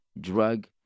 drug